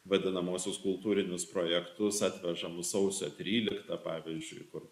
vadinamuosius kultūrinius projektus atveža mum sausio tryliktą pavyzdžiui kur